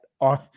on